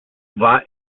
war